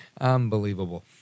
Unbelievable